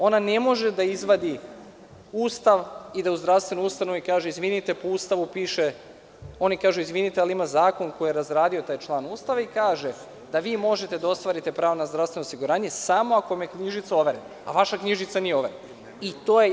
Ona ne može da izvadi Ustav i da u zdravstvenoj ustanovi kaže, izvinite o Ustavu piše, oni kažu, izvinite ali ima zakon koji je razradio taj član Ustava i kaže – da vi možete da ostvarite pravo na zdravstveno osiguranje samo ako vam je knjižica overena, a vaša knjižica nije overena.